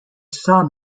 sum